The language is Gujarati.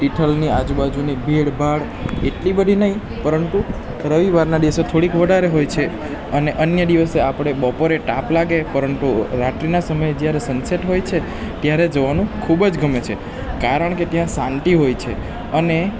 તિથલની આજુબાજુની ભીડભાડ એટલી બઘી નહી પરંતુ રવિવારના દિવસે થોડીક વધારે હોય છે અને અન્ય દિવસે આપણે બપોરે તાપ લાગે પરંતુ રાત્રિના સમયે જ્યારે સનસેટ હોય છે ત્યારે જવાનું ખૂબ જ ગમે છે કારણ કે ત્યાં શાંતિ હોય છે અને